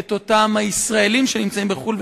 את אותם הישראלים שנמצאים בחוץ-לארץ.